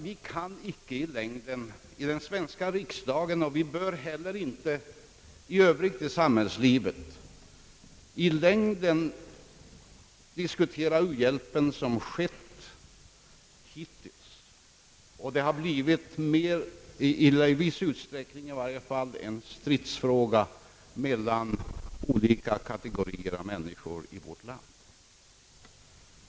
Vi kan inte i den svenska riksdagen och inte heller i samhällslivet i övrigt i längden diskutera u-hjälpen såsom hittills har skett. U hjälpen har i viss mån blivit en stridsfråga mellan olika kategorier av människor i vårt land.